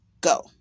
go